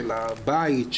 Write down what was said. של הבית,